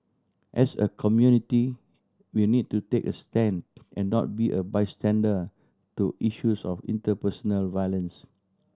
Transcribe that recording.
as a community we need to take a stand and not be a bystander to issues of interpersonal violence